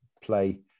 play